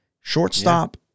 Shortstop